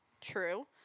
true